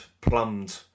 plumbed